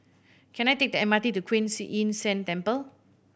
can I take M R T to Kuan Yin San Temple